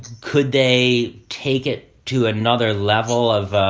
could they take it to another level of,